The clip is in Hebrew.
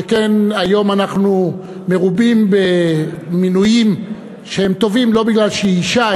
שכן היום אנחנו מרובים במינויים טובים לא מפני שהיא אישה,